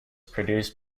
produced